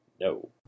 no